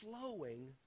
flowing